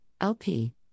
LP